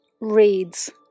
reads